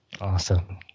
Awesome